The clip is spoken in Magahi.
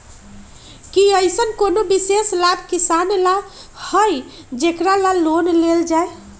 कि अईसन कोनो विशेष लाभ किसान ला हई जेकरा ला लोन लेल जाए?